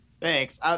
thanks